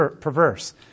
perverse